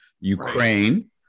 Ukraine